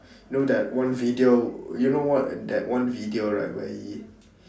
you know that one video you know what that one video right where he